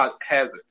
hazard